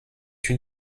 une